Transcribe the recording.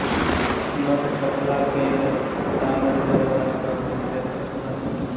note छ्पला कअ काम रिजर्व बैंक ऑफ़ इंडिया करत बाटे